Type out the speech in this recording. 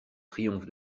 triomphe